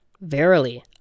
Verily